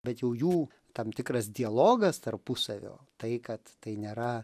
bet jau jų tam tikras dialogas tarpusavio tai kad tai nėra